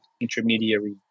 intermediary